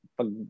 pag